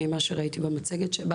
ממה שראיתי בסרטון.